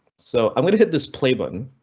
so i'm going to hit this play button,